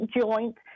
joint